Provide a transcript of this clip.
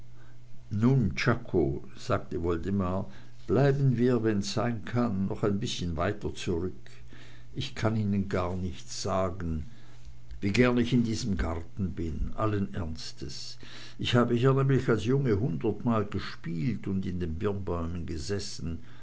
nun czako sagte woldemar bleiben wir wenn's sein kann noch ein bißchen weiter zurück ich kann ihnen gar nicht sagen wie gern ich in diesem garten bin allen ernstes ich habe hier nämlich als junge hundertmal gespielt und in den birnbäumen gesessen